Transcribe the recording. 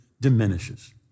diminishes